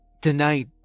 Tonight